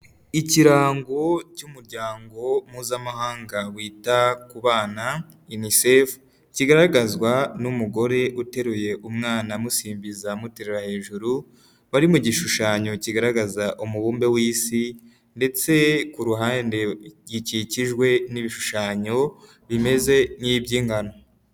Ikirango cy'umuryango mpuzamahanga wita ku bana yunisefu, kigaragazwa n'umugore uteruye umwana amusimbiza amuterera hejuru, bari mu gishushanyo kigaragaza umubumbe w'isi, ndetse ku ruhande gikikijwe n'ibishushanyo bimeze nk'iby'ingano.